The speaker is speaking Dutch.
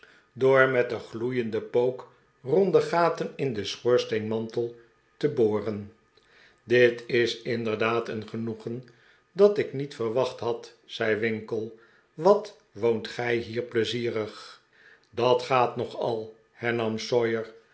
met den gloeienden pook ronde gaten in ien schoorsteenmantel te boren dit is inderdaad een genoegen dat ik niet verwacht had zei winkle wat woont gij hier pleizierig dat gaat nogal